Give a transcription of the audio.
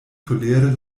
kolere